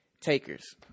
Takers